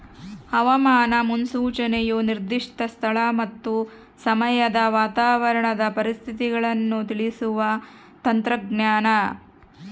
ಹವಾಮಾನ ಮುನ್ಸೂಚನೆಯು ನಿರ್ದಿಷ್ಟ ಸ್ಥಳ ಮತ್ತು ಸಮಯದ ವಾತಾವರಣದ ಪರಿಸ್ಥಿತಿಗಳನ್ನು ತಿಳಿಸುವ ತಂತ್ರಜ್ಞಾನ